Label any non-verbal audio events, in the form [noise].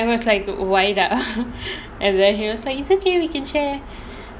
and I was like why ah [laughs] and then he was like it's okay we can share